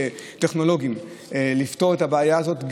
וטכנולוגיים לפתור את הבעיה הזאת.